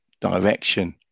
direction